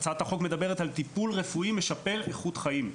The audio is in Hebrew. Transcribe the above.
הצעת החוק מדברת על טיפול רפואי משפר איכות חיים,